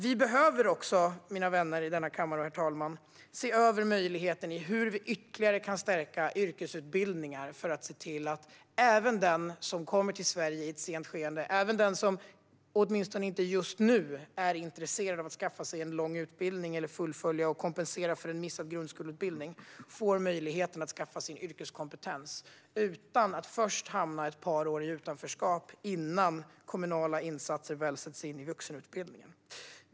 Vi behöver, mina vänner här i kammaren och herr talman, också se över hur vi ytterligare kan stärka yrkesutbildningar så att även den som kommer till Sverige i ett sent skede och den som inte, åtminstone just nu, är intresserad av att skaffa sig en lång utbildning eller fullfölja och kompensera för en missad grundskoleutbildning får möjlighet att skaffa sig yrkeskompetens. Detta ska ske utan att de först hamnar ett par år i utanförskap innan kommunala insatser väl sätts in i vuxenutbildningen.